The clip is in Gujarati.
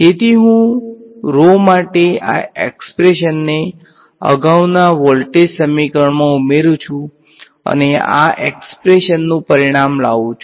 તેથી હું rho માટે આ એક્સ્પ્રેશનને અગાઉના વોલ્ટેજ સમીકરણમાં ઉમેરુ છું અને આ એક્સ્પ્રેશનનું પરિણામ લાવું છું